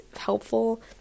helpful